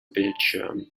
bildschirm